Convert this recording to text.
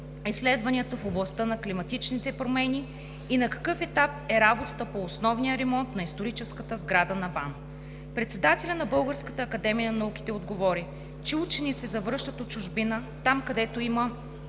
изследванията в областта на климатичните промени и на какъв етап е работата по основния ремонт на историческата сграда на БАН. Председателят на Българската академията на науките отговори, че учени се завръщат от чужбина там, където има